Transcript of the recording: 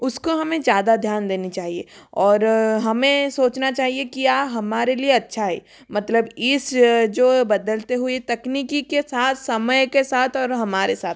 उसको हमें ज़्यादा ध्यान देनी चाहिए और हमें सोचना चाहिए क्या हमारे लिए अच्छा है मतलब इस जो बदलते हुई तकनीकी के साथ समय के साथ और हमारे साथ